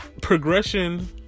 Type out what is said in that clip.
progression